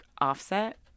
offset